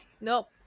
Nope